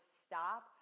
stop